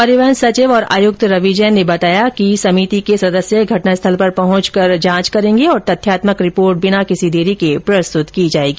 परिवहन सचिव और आयुक्त रवि जैन ने बताया कि कमेटी घटना स्थल पर पहुंचकर जांच करेगी और तथ्यात्मक रिपोर्ट बिना किसी देरी के प्रस्तुत करेगी